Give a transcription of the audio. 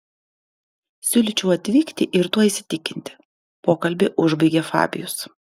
siūlyčiau atvykti ir tuo įsitikinti pokalbį užbaigė fabijus